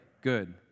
Good